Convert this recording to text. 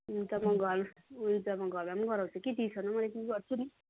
हुन्छ म घर हुन्छ म घरमा पनि गराउँछु कि ट्युसनमा पनि अलिकति गर्छु नि